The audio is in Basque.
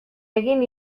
egin